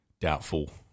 doubtful